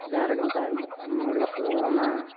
ᱟᱢ ᱡᱟᱦᱟᱸ ᱨᱮᱜᱮᱢ ᱛᱟᱦᱮᱱ ᱟᱹᱰᱤ ᱩᱥᱟᱹᱨᱟ ᱚᱱᱟ